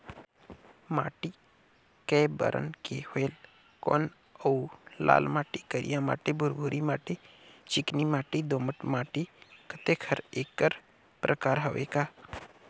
माटी कये बरन के होयल कौन अउ लाल माटी, करिया माटी, भुरभुरी माटी, चिकनी माटी, दोमट माटी, अतेक हर एकर प्रकार हवे का?